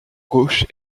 gauche